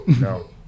No